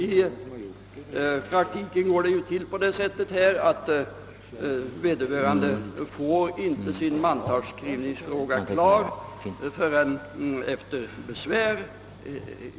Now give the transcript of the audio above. I praktiken går det till på det sättet, att vederbörande inte får sin mantalsskrivningsfråga klar förrän efter besvär.